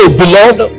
beloved